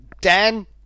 Dan